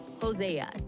hosea